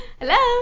hello